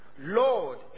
Lord